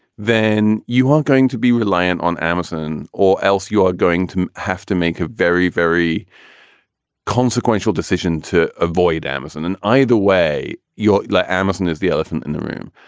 then you aren't going to be reliant on amazon or else you are going to have to make a very, very consequential decision to avoid amazon. and either way, your like amazon is the elephant in the room.